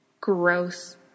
Gross